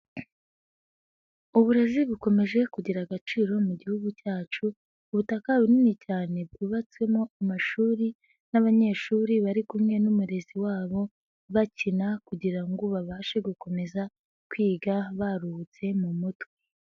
Uburezi bukomeje kugira agaciro mu gihugu cyacu, ubutaka bunini cyane bwubatsemo amashuri n'abanyeshuri bari kumwe n'umurezi wabo, bakina kugira ngo babashe gukomeza kwiga baruhutse mu mutwe.